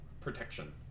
Protection